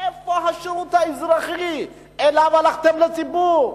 איפה השירות האזרחי שאתו הלכתם לציבור?